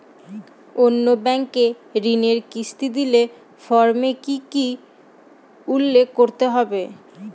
অন্য ব্যাঙ্কে ঋণের কিস্তি দিলে ফর্মে কি কী উল্লেখ করতে হবে?